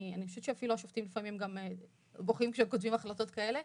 ואני חושבת שאפילו השופטים לפעמים בוכים כשהם כותבים החלטות כאלה,